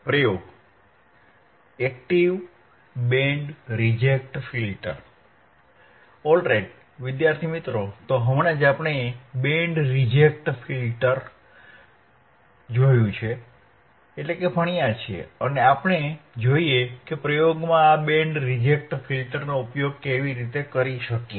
પ્રયોગ active band reject filter all right તો હમણાં જ આપણે બેન્ડ રિજેક્ટ ફિલ્ટર જોયું છે અને આપણે જોઈએ કે પ્રયોગમાં આ બેન્ડ રિજેક્ટ ફિલ્ટરનો ઉપયોગ કેવી રીતે કરી શકીએ